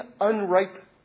unripe